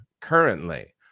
currently